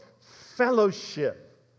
fellowship